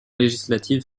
législatives